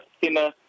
thinner